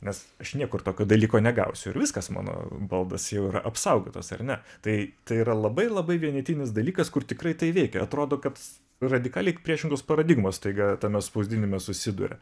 nes aš niekur tokio dalyko negausiu ir viskas mano baldas jau yra apsaugotos ar ne tai tai yra labai labai vienetinis dalykas kur tikrai tai veikia atrodo kad radikaliai priešingos paradigmos staiga tame spausdinime susiduria